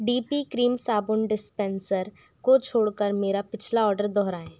D P cream साबुन dispenser को छोड़ कर मेरा पिछला आर्डर दोहराएँ